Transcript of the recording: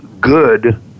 good